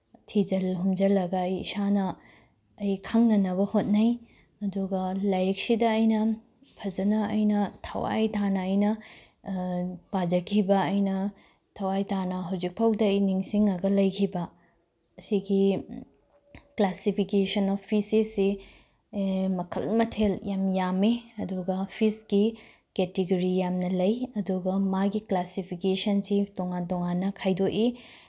ꯊꯤꯖꯤꯜ ꯍꯨꯝꯖꯤꯜꯂꯒ ꯑꯩ ꯏꯁꯥꯅ ꯑꯩ ꯈꯪꯅꯅꯕ ꯍꯣꯠꯅꯩ ꯑꯗꯨꯒ ꯂꯥꯏꯔꯤꯛꯁꯤꯗ ꯑꯩꯅ ꯐꯖꯅ ꯑꯩꯅ ꯊꯋꯥꯏ ꯇꯥꯅ ꯑꯩꯅ ꯄꯥꯖꯈꯤꯕ ꯑꯩꯅ ꯊꯋꯥꯏ ꯇꯥꯅ ꯍꯧꯖꯤꯛꯐꯥꯎꯗ ꯑꯩ ꯅꯤꯡꯁꯤꯡꯉꯒ ꯂꯩꯈꯤꯕ ꯑꯁꯤꯒꯤ ꯀ꯭ꯂꯥꯁꯤꯁꯐꯤꯀꯦꯁꯟ ꯑꯣꯐ ꯐꯤꯁꯤꯁꯁꯤ ꯃꯈꯜ ꯃꯊꯦꯜ ꯌꯥꯝ ꯌꯥꯝꯃꯤ ꯑꯗꯨꯒ ꯐꯤꯁꯀꯤ ꯀꯦꯇꯤꯒꯣꯔꯤ ꯌꯥꯝꯅ ꯂꯩ ꯑꯗꯨꯒ ꯃꯥꯒꯤ ꯀ꯭ꯂꯥꯁꯤꯐꯤꯀꯦꯁꯟꯁꯤ ꯇꯣꯉꯥꯟ ꯇꯣꯉꯥꯟꯅ ꯈꯥꯏꯗꯣꯛꯏ